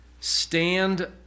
Stand